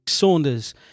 Saunders